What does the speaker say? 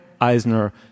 Eisner